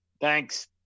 Thanks